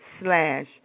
slash